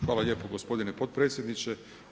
Hvala lijepo gospodine potpredsjedniče.